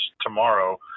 tomorrow